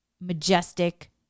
majestic